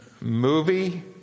movie